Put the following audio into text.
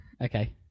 Okay